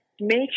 make